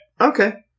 Okay